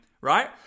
right